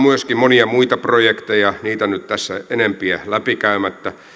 myöskin monia muita projekteja niitä nyt tässä enempiä läpikäymättä